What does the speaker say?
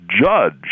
judge